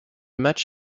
match